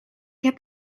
heb